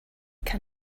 can